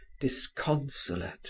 disconsolate